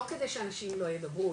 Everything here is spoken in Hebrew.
לא כדי שאנשים לא ידברו,